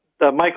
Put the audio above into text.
Michael